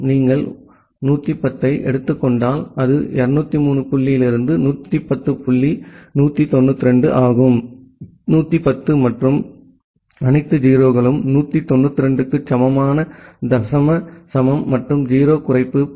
நீங்கள் 1 1 0 ஐ எடுத்துக் கொண்டால் அது 203 புள்ளியாகிறது 110 புள்ளி 192 1 1 0 மற்றும் அனைத்து 0 களும் 192 க்கு சமமான தசம சமம் மற்றும் 0 குறைப்பு 19